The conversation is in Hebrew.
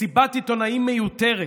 מסיבת עיתונאים מיותרת,